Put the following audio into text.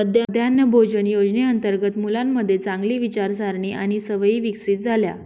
मध्यान्ह भोजन योजनेअंतर्गत मुलांमध्ये चांगली विचारसारणी आणि सवयी विकसित झाल्या